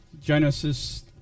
Genesis